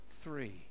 three